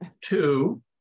Two